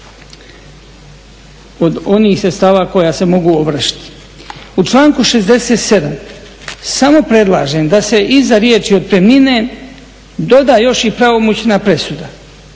od onih sredstava koja se mogu ovršiti. U članku 67. samo predlažem da se iza riječi "otpremnine" doda još i "pravomoćna presuda",